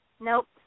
Nope